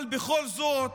אבל בכל זאת,